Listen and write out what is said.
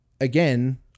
again